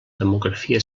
demografia